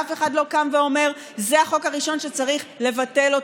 ואף אחד לא קם ואומר: זה החוק הראשון שצריך לבטל אותו,